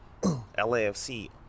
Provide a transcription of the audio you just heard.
LAFC